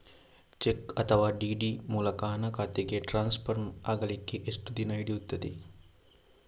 Check ಅಥವಾ DD ಮೂಲಕ ಹಣ ಖಾತೆಗೆ ಟ್ರಾನ್ಸ್ಫರ್ ಆಗಲಿಕ್ಕೆ ಎಷ್ಟು ದಿನ ಹಿಡಿಯುತ್ತದೆ?